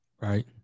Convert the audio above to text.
Right